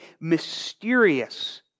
mysterious